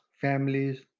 families